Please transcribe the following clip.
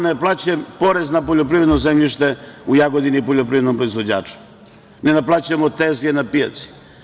Ja već 13 godina ne naplaćujem porez na poljoprivredno zemljište u Jagodini poljoprivrednom proizvođaču, ne naplaćujemo tezge na pijaci.